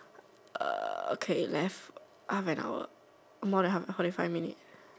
uh okay left half an hour more than half an hour forty five minutes